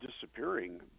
disappearing